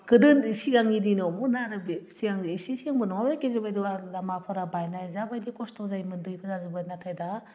गोदो उन्दै सिगांनि दिनावमोन आरो बे सिगांनि एसे सिगांबो नङामोन गेजेर लामाफोरा बायनाय जाबायदि खस्थ' जायोमोन दैफ्रा नाथाय दा